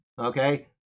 okay